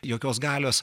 jokios galios